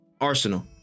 Arsenal